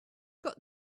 got